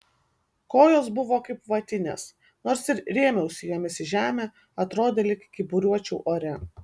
kojos buvo kaip vatinės nors ir rėmiausi jomis į žemę atrodė lyg kyburiuočiau ore